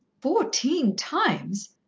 fourteen times!